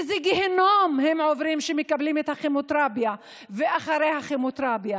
איזה גיהינום הם עוברים כשהם מקבלים את הכימותרפיה ואחרי הכימותרפיה.